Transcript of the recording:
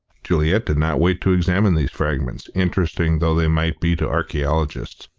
juliet did not wait to examine these fragments, interesting though they might be to archaeologists,